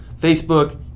Facebook